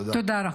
תודה רבה.